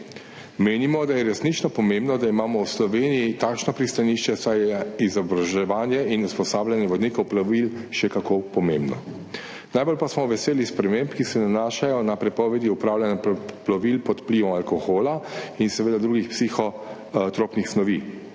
Menimo, da je resnično pomembno, da imamo v Sloveniji takšno pristanišče, saj je izobraževanje in usposabljanje vodnikov plovil še kako pomembno. Najbolj pa smo veseli sprememb, ki se nanašajo na prepovedi upravljanja plovil pod vplivom alkohola in seveda drugih psihotropnih snovi.